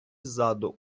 ззаду